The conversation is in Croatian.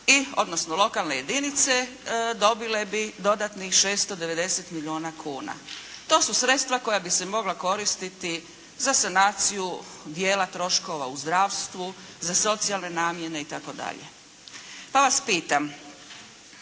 i, odnosno lokalne jedinice dobile bi dodatnih 690 milijuna kuna. To su sredstva koja bi se mogla koristiti za sanaciju dijela troškova u zdravstvu, za socijalne namjene itd.. Pa vas pitam,